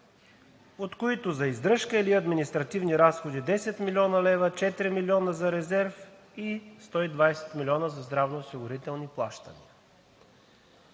от които за издръжка или административни разходи – 10 млн. лв., 4 млн. лв. за резерв и 120 млн. лв. за здравноосигурителни плащания,